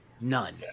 None